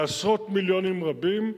בעשרות מיליונים רבים,